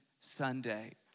Sunday